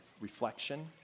reflection